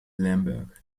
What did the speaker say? lemberg